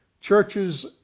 Churches